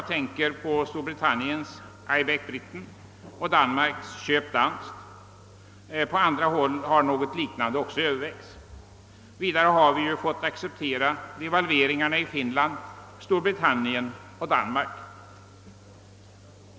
Jag tänker på Storbritanniens »I back Britain» och Danmarks »Köp danskt». På andra håll har liknande aktioner övervägts. Vi har ju vidare fått acceptera devalveringarna i Finland, Storbritannien och Danmark.